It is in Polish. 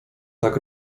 tak